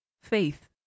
faith